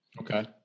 Okay